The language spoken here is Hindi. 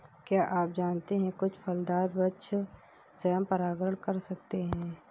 क्या आप जानते है कुछ फलदार वृक्ष स्वयं परागण कर सकते हैं?